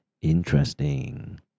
Interesting